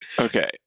Okay